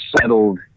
settled